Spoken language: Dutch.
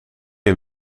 een